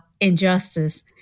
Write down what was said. injustice